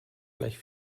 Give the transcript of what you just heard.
gleich